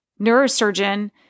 neurosurgeon